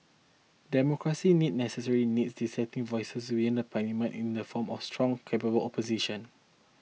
democracy needs necessarily needs dissenting voices within Parliament in the form of a strong capable opposition